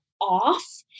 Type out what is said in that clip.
off